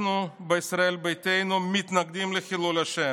אנחנו בישראל ביתנו מתנגדים לחילול השם.